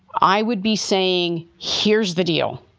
i would be saying here's the deal.